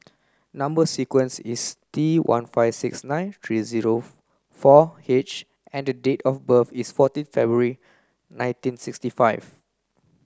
number sequence is T one five six nine three zero four H and date of birth is fourteen February nineteen sixty five